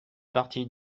partie